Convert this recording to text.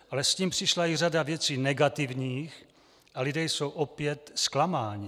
Ale s tím přišla i řada věcí negativních a lidé jsou opět zklamáni.